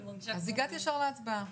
אז הגעת ישר להצבעה.